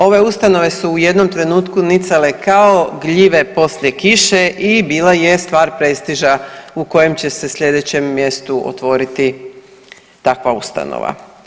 Ove ustanove su u jednom trenutku nicale kao gljive poslije kiše i bila je stvar prestiža u kojem će se sljedećem mjestu otvoriti takva ustanova.